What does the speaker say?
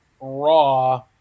raw